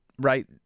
right